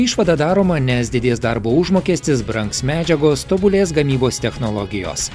išvada daroma nes didės darbo užmokestis brangs medžiagos tobulės gamybos technologijos